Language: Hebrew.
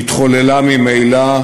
שהתחוללה ממילא,